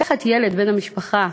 לקחת ילד בן המשפחה